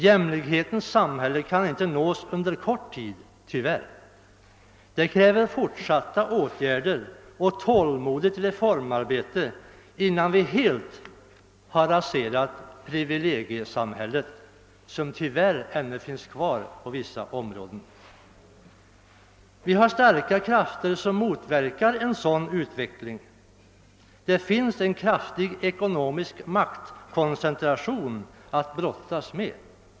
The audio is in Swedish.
Jämlikhetens samhälle kan inte nås under kort tid. Det krävs fortsatta åtgärder och tålmodigt reformarbete innan vi helt har raserat privilegiesamhället, som tyvärr ännu finns kvar på vissa områden. Starka krafter motarbetar en sådan utveckling. Vi har en kraftig ekonomisk maktkoncentration att brottas med.